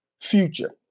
future